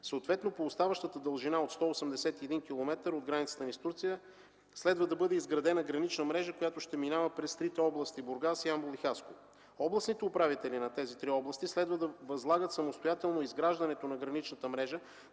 Съответно по оставащата дължина от 181 км, от границата ни с Турция следва да бъде изградена гранична мрежа, която ще минава през трите области – Бургас, Ямбол и Хасково. Областните управители на тези три области следва да възлагат самостоятелно изграждане на граничната мрежа